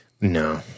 no